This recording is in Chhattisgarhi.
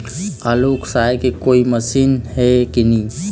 आलू उसकाय के कोई मशीन हे कि नी?